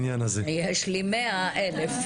הוא בעיניי עובדה שנכון שהציבור יכיר אותה.